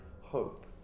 hope